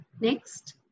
Next